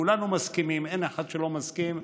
כולנו מסכימים, אין אחד שלא מסכים,